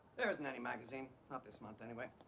there isn't any magazine, not this month anyway.